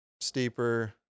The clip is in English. steeper